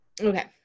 okay